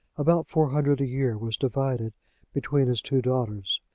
about four hundred a year was divided between his two daughters.